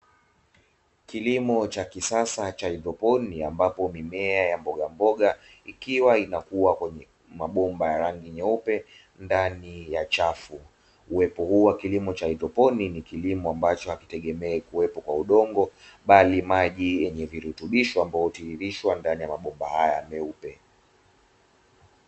Kilimo cha kisasa cha haidroponi ambapo mimea ya mboga mboga ikiwa inakuwa kwenye mabomba ya rangi nyeupe ndani ya chafu. Uwepo huu wa kilimo cha haidroponi ni kilimo ambacho hakitegemei kuwepo kwa udongo bali maji yenye virutubisho ambavyo hutiririshwa ndani ya mabomba haya meupe.